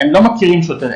הם לא מכירים שוטר,